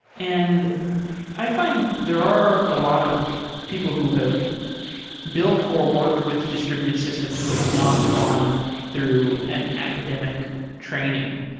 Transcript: and i find there are a lot of people who have built or worked with distributed systems who have not gone through an academic training.